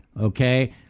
Okay